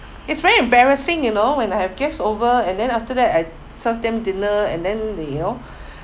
it's very embarrassing you know when I have guests over and then after that I serve them dinner and then they you know